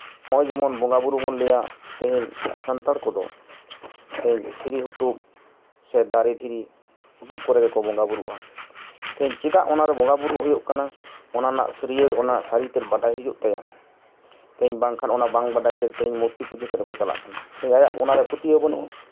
ᱦᱚᱸᱜᱼᱚᱭ ᱡᱮᱢᱚᱱ ᱵᱚᱸᱜᱟᱼᱵᱩᱨᱩ ᱵᱚᱱ ᱞᱟᱹᱭᱟ ᱛᱮᱦᱤᱧ ᱥᱟᱱᱛᱟᱲ ᱠᱚᱫᱚ ᱛᱮᱦᱤᱧ ᱫᱷᱤᱨᱤ ᱦᱩᱴᱩᱜ ᱥᱮ ᱫᱟᱨᱮ ᱦᱩᱴᱩᱜ ᱠᱚᱨᱮ ᱜᱮᱠᱚ ᱵᱚᱸᱜᱟᱼᱵᱩᱨᱩᱜᱼᱟ ᱛᱮᱦᱤᱧ ᱪᱮᱫᱟᱜ ᱚᱱᱟᱨᱮ ᱵᱚᱸᱜᱟᱼᱵᱩᱨᱩ ᱦᱩᱭᱩᱜ ᱠᱟᱱᱟ ᱚᱱᱟ ᱨᱮᱱᱟᱜ ᱥᱟᱹᱨᱭᱟᱹᱲ ᱚᱱᱟ ᱥᱟᱹᱨᱤ ᱛᱮᱜ ᱵᱟᱰᱟᱭ ᱦᱩᱭᱩᱜ ᱛᱟᱭᱟ ᱛᱮᱦᱤᱧ ᱵᱟᱝᱠᱷᱟᱱ ᱚᱱᱟ ᱵᱟᱝ ᱵᱟᱰᱟᱭ ᱛᱮᱜᱮ ᱛᱮᱦᱤᱧ ᱢᱩᱨᱛᱤ ᱯᱩᱡᱟᱹ ᱥᱮᱫ ᱦᱚᱸᱠᱚ ᱪᱟᱞᱟᱜ ᱠᱟᱱᱟ ᱛᱮᱦᱤᱧ ᱟᱭᱟᱜ ᱚᱱᱟᱨᱮ ᱯᱟᱹᱛᱭᱟᱹᱣ ᱵᱟᱹᱱᱩᱜᱼᱟ